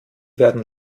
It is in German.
werden